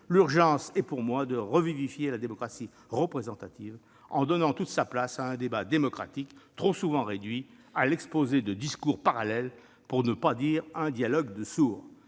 l'urgence est pour moi de revivifier la démocratie représentative, en donnant toute sa place à un débat démocratique trop souvent réduit à l'exposé de discours parallèles- pour ne pas dire à un dialogue de sourds.